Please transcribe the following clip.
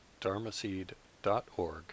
dharmaseed.org